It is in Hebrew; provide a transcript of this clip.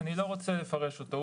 אני לא רוצה לפרש אותו.